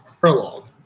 Prologue